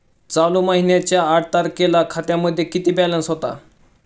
चालू महिन्याच्या आठ तारखेला खात्यामध्ये किती बॅलन्स होता?